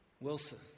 Wilson